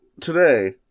today